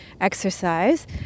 exercise